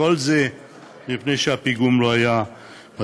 כל זה מפני שהפיגום לא היה מתאים.